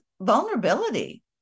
vulnerability